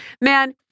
Man